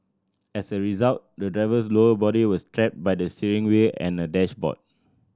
as a result the driver's lower body was trapped by the steering wheel and dashboard